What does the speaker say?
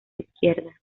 izquierda